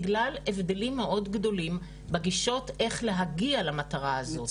בגלל הבדלים מאוד גדולים בגישות איך להגיע למטרה הזאת.